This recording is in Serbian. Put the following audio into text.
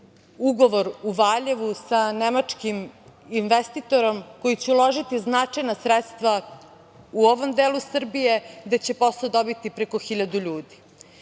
ugovor u Valjevu sa nemačkim investitorom koji će uložiti značajna sredstva u ovom delu Srbije, gde će posao dobiti preko 1.000